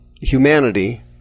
humanity